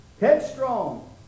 headstrong